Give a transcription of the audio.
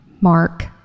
Mark